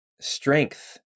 strength